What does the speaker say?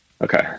Okay